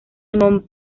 simón